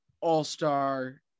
all-star